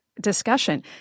discussion